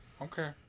okay